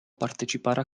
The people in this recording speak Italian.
partecipare